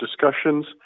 discussions